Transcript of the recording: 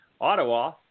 Ottawa